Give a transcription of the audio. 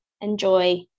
enjoy